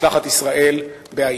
משלחת ישראל בהאיטי.